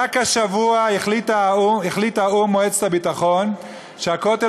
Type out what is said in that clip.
רק השבוע החליטה מועצת הביטחון באו"ם שהכותל